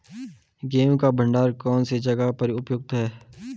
गेहूँ का भंडारण कौन सी जगह पर उपयुक्त है?